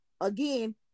again